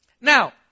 Now